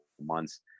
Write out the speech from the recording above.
months